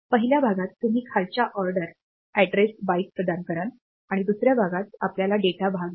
पहिल्या भागात तुम्ही खालच्या ऑर्डर पत्त्यासाठी बाइट प्रदान कराल आणि दुसऱ्या भागातआपल्याला डेटा भाग मिळेल